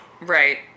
Right